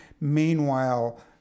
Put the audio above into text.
Meanwhile